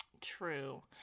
True